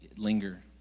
linger